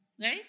right